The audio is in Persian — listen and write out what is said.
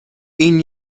این